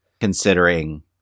considering